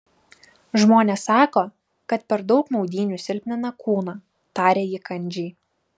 žmonės sako kad per daug maudynių silpnina kūną tarė ji kandžiai